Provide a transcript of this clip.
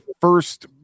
first